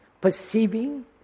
perceiving